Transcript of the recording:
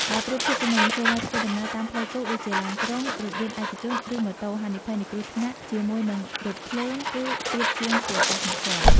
បើប្រៀបធៀបទៅនឹងមធ្យោបាយធ្វើដំណើរតាមផ្លូវគោកដូចជាឡានក្រុង រថយន្តឯកជន ឬម៉ូតូ ហានិភ័យនៃគ្រោះថ្នាក់ជាមួយនឹងរថភ្លើងគឺ ទាបជាងគួរឱ្យកត់សម្គាល់។